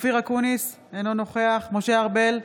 אופיר אקוניס, אינו נוכח משה ארבל,